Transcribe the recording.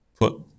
put